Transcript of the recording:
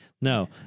No